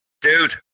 dude